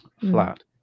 flat